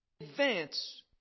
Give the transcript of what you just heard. Advance